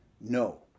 No